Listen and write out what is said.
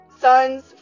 son's